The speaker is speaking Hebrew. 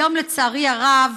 היום, לצערי הרב,